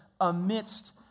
amidst